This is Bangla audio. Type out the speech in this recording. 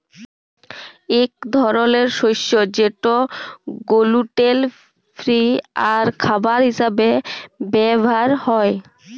ইক ধরলের শস্য যেট গ্লুটেল ফিরি আর খাবার হিসাবে ব্যাভার হ্যয়